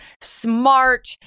smart